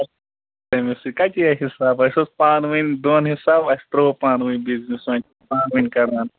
تٔمِس سۭتۍ کَتہِ چھِ اَسہِ حِساب اَسہِ اوس پانہٕ وٕنۍ دۄن حِساب اَسہِ ترٛوو پانہٕ وٕنۍ بِزنِس وۄنۍ پانہٕ وٕنۍ کَران